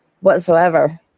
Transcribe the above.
whatsoever